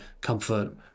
comfort